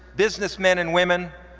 businessmen and women,